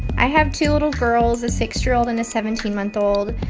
i have two little girls, a six year old and a seventeen month old.